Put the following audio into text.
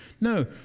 no